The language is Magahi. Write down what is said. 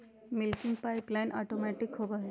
मिल्किंग पाइपलाइन ऑटोमैटिक होबा हई